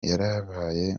yarabaye